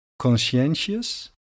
Conscientious